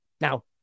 Now